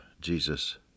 Jesus